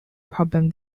problem